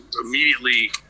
immediately